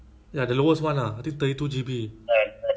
ya the lowest one lah I think thirty two G_B